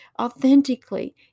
authentically